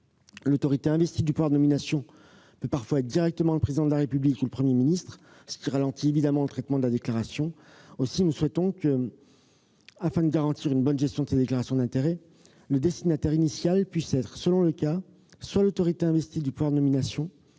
L'autorité investie du pouvoir de nomination peut parfois être directement le Président de la République ou le Premier ministre, ce qui ralentit évidemment le traitement de la déclaration. Aussi souhaitons-nous, afin de garantir une bonne gestion de ces déclarations d'intérêts, que le destinataire initial puisse être, selon le cas, soit l'autorité investie du pouvoir de nomination,